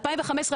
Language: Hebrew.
2015,